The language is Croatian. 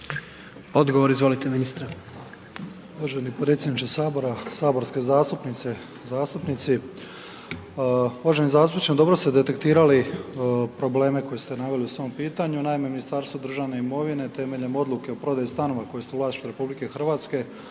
Odgovor, izvolite ministre.